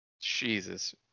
Jesus